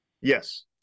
Yes